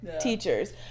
teachers